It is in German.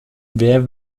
wer